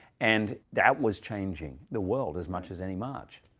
and that was changing the world as much as any march.